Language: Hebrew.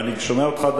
ואני שומע אותך,